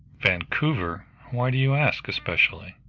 vancouver! why do you ask especially?